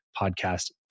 podcast